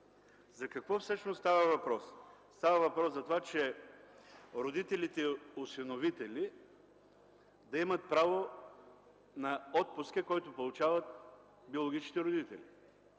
За какво всъщност става въпрос? Става въпрос за това родителите- осиновители да имат право на отпуска, който получават и биологичните родители.